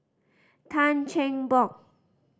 Tan Cheng Bock